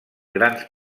grans